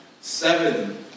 seven